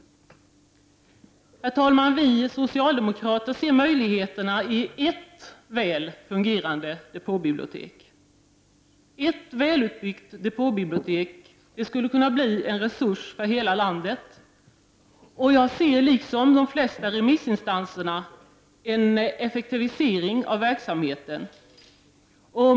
Herr talman! Vi socialdemokrater ser möjligheterna i ett väl fungerande depåbibliotek. Ett välutbyggt depåbibliotek skulle kunna bli en resurs för hela landet! Jag ser liksom de flesta remissinstanserna en effektivisering av verksamheten.